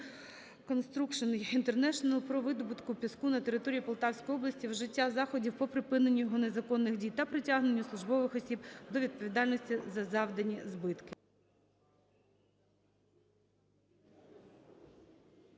Конструкціон Інтернешнл" при видобутку піску на території Полтавської області, вжиття заходів по припиненню його незаконних дій та притягненню службових осіб до відповідальності за завдані збитки.